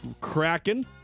Kraken